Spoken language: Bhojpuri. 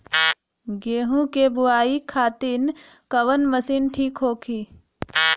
गेहूँ के बुआई खातिन कवन मशीन ठीक होखि?